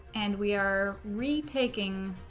and we are retaking